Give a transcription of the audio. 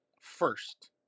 First